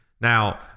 Now